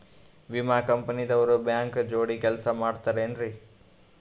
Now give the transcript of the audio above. ವಿಮಾ ಕಂಪನಿ ದವ್ರು ಬ್ಯಾಂಕ ಜೋಡಿ ಕೆಲ್ಸ ಮಾಡತಾರೆನ್ರಿ?